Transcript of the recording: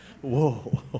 Whoa